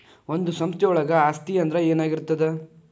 ಒಂದು ಸಂಸ್ಥೆಯೊಳಗ ಆಸ್ತಿ ಅಂದ್ರ ಏನಾಗಿರ್ತದ?